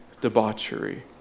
debauchery